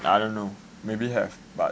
I don't know maybe have but